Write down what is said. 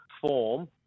form